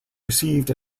received